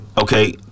Okay